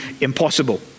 impossible